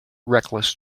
reckless